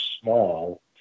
small